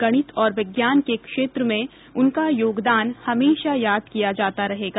गणित और विज्ञान के क्षेत्र में उनका योगदान हमेशा याद किया जाता रहेगा